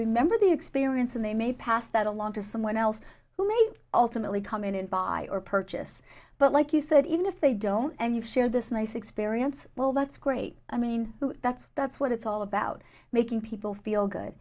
remember the experience and they may pass that along to someone else who may ultimately come in and buy or purchase but like you said even if they don't and you've shared this nice experience well that's great i mean that's that's what it's all about making people feel good